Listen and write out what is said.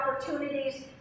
opportunities